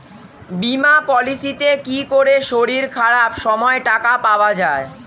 বীমা পলিসিতে কি করে শরীর খারাপ সময় টাকা পাওয়া যায়?